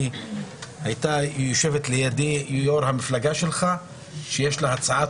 הייתה יושבת לידי יושבת ראש המפלגה שלך שיש לה הצעת